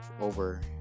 over